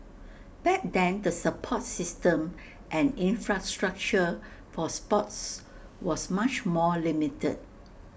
back then the support system and infrastructure for sports was much more limited